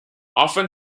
often